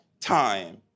time